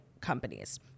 companies